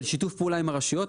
של שיתוף פעולה עם הרשויות,